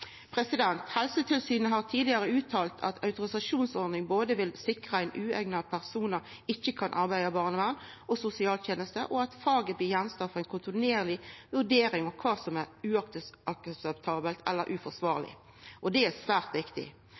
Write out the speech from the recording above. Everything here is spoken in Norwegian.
Helsetilsynet har tidlegare uttalt at ei autorisasjonsordning vil sikra både at ueigna personar ikkje kan arbeida innan barnevern og sosialtenester, og at faget blir gjenstand for ei kontinuerleg vurdering av kva som er uakseptabelt eller uforsvarleg. Det er svært viktig.